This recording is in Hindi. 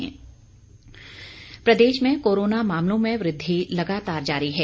हिमाचल कोरोना प्रदेश में कोरोना मामलों में वृद्धि लगातार जारी है